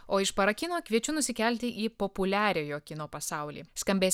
o iš parakino kviečiu nusikelti į populiariojo kino pasaulį skambės